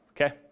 Okay